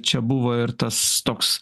čia buvo ir tas toks